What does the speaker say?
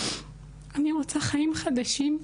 אני רוצה חיים חדשים,